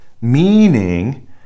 meaning